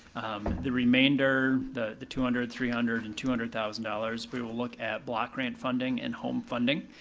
the remainder, the the two hundred, three hundred, and two hundred thousand dollars, we will look at block rent funding and home funding.